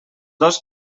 dos